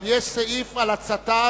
אבל יש סעיף על הצתה,